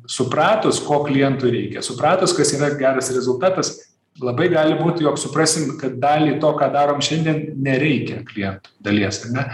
supratus ko klientui reikia supratus kas yra geras rezultatas labai gali būti jog suprasim kad dalį to ką darom šiandien nereikia klientų dalies ar ne